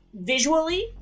visually